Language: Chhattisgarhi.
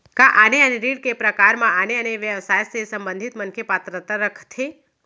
का आने आने ऋण के प्रकार म आने आने व्यवसाय से संबंधित मनखे पात्रता रखथे?